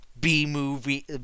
B-movie